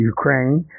Ukraine